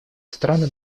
страны